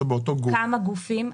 כמה גופים,